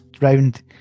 round